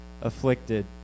afflicted